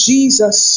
Jesus